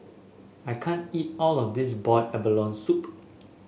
I can't eat all of this Boiled Abalone Soup